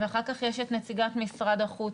אחר כך יש את נציגת משרד החוץ,